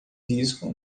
disco